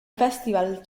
festival